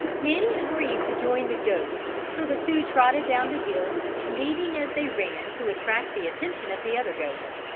nanny agreed to join the goats so the two trotted down the hill bleating as they ran to attract the attention of the other goats.